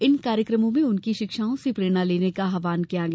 इन कार्यक्रमों में उनकी शिक्षाओं से प्रेरणा लेने का आहवान किया गया